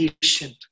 patient